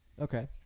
Okay